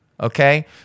okay